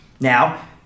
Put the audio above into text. Now